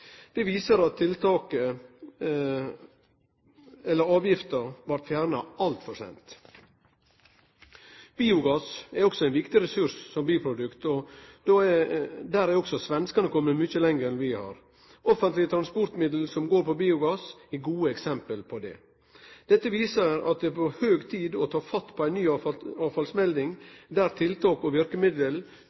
Det viser at avgifta blei fjerna altfor seint. Biogass er også ein viktig ressurs som biprodukt. Der har svenskane kome mykje lenger enn vi har. Offentlege transportmiddel som går på biogass, er gode eksempel på det. Dette viser at det er på høg tid å ta fatt på ei ny avfallsmelding der tiltak og verkemiddel